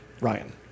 Ryan